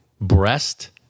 breast